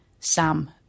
Sam